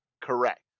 Correct